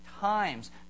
times